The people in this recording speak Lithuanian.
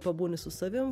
pabūni su savim